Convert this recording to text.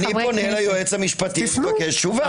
אני פונה ליועץ המשפטי לקבל תשובה.